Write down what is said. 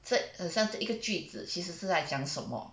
said 很像这一个句子其实是在讲什么